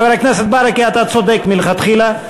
חבר הכנסת ברכה אתה צודק מלכתחילה.